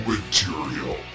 Material